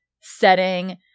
setting